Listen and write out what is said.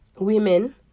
women